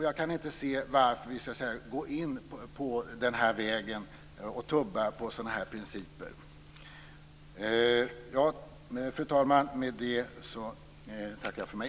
Jag kan inte se varför vi skall gå in på den här vägen och tumma på sådana här principer. Fru talman! Med detta tackar jag för mig.